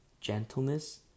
gentleness